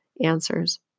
answers